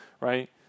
right